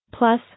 Plus